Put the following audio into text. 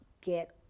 get